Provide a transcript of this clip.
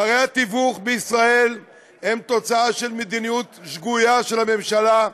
פערי התיווך בישראל הם תוצאה של מדיניות שגויה של הממשלה,